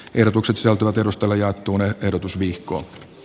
ehdotukset joutuvat edustalla ja tuoneet ehdotuksensa